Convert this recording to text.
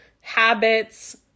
habits